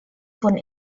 von